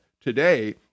today